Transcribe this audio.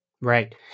Right